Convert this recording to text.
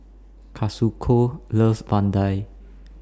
Kazuko loves Vadai